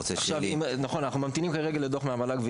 אנחנו ממתינים לדוח מהמל"ג.